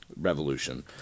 Revolution